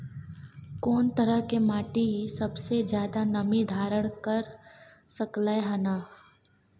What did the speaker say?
कोन तरह के माटी सबसे ज्यादा नमी धारण कर सकलय हन?